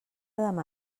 demà